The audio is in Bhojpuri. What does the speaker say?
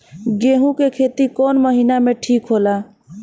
गेहूं के खेती कौन महीना में ठीक होला?